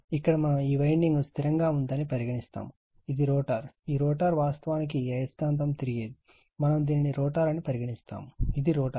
ఇక్కడ మనం ఈ వైండింగ్ స్థిరంగా ఉంది అని పరిగణిస్తాము ఇది రోటర్ ఈ రోటర్ వాస్తవానికి ఈ అయస్కాంతం తిరిగేది మనము దీనిని రోటర్ అని పరిగణిస్తాము ఇది రోటర్